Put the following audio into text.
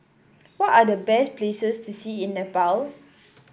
what are the best places to see in Nepal